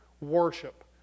worship